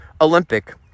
Olympic